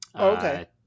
okay